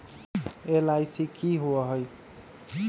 LIC की होअ हई?